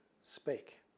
speak